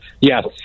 Yes